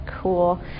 cool